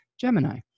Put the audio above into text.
Gemini